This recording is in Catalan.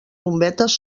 bombetes